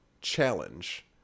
challenge